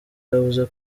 yavuze